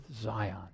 Zion